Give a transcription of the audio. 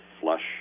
flush